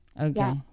okay